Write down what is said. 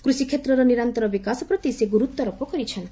କୃଷିକ୍ଷେତ୍ରର ନିରନ୍ତର ବିକାଶ ପ୍ରତି ସେ ଗୁରୁତ୍ୱାରୋପ କରିଛନ୍ତି